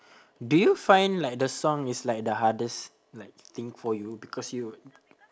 do you find like the song is like the hardest like thing for you because you